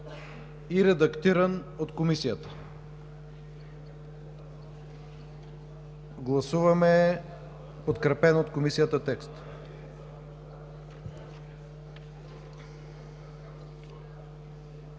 редакция от Комисията. Гласуваме подкрепен от Комисията текст,